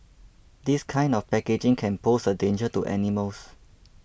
this kind of packaging can pose a danger to animals